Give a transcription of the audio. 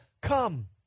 come